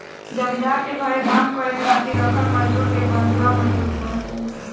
जमींदार के घरे काम करे खातिर राखल मजदुर के बंधुआ मजदूर कहल जाला